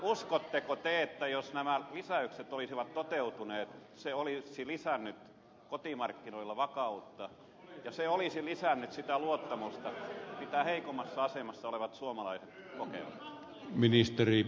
uskotteko te että jos nämä lisäykset olisivat toteutuneet se olisi lisännyt kotimarkkinoilla vakautta ja se olisi lisännyt sitä luottamusta mitä heikommassa asemassa olevat suomalaiset kokevat